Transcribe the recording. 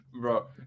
Bro